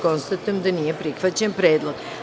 Konstatujem da nije prihvaćen predlog.